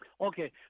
Okay